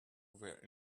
were